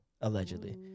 allegedly